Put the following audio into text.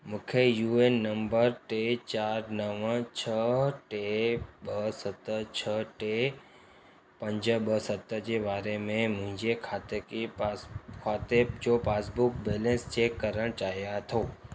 मूंखे U N number टे चार नव छह टे ॿ सत छह टे पंज ॿ सत जे वारे में मुंहिंजे खाते जे खाते जो पासबुक बैलेंस चेक करण चाहियां थो